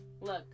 Look